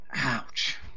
Ouch